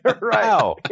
right